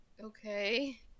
okay